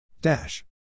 Dash